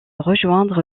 rejoindre